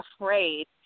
afraid